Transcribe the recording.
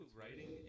writing